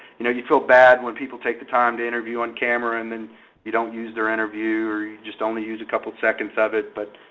you know you feel bad when people take the time to interview on camera, and then you don't use their interview, or you only use a couple seconds of it. but